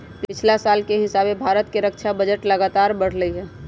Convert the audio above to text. पछिला साल के हिसाबे भारत के रक्षा बजट लगातार बढ़लइ ह